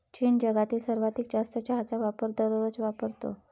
चीन जगातील सर्वाधिक जास्त चहाचा वापर दररोज वापरतो